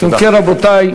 אם כן, רבותי,